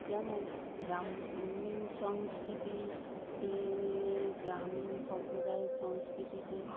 যেমন গ্রামীণ সংস্কৃতিতে গ্রামীণ সম্প্রদায়ের সংস্কৃতিতে